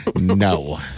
No